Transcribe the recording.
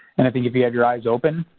and i think if you have your eyes open